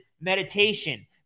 meditation